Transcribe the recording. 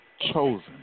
chosen